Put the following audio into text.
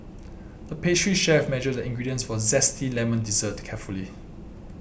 the pastry chef measured the ingredients for a Zesty Lemon Dessert carefully